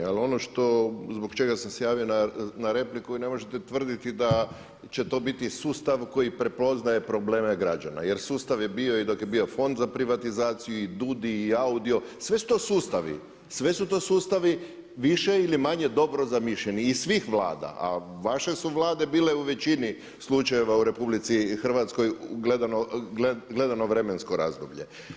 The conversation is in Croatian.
Ali ono što, zbog čega sam se javio na repliku i ne možete tvrditi da će to biti sustav koji prepoznaje probleme građana jer sustav je bio dok je bio i Fond za privatizaciju i DUUDI i AUDIO, sve su to sustavi, sve su to sustavi više ili manje dobro zamišljeni i iz svih Vlada a vaše su Vlade bile u većini slučajeva u RH gledano vremensko razdoblje.